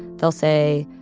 they'll say,